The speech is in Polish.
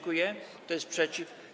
Kto jest przeciw?